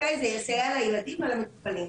זה יסייע לילדים ולמטופלים.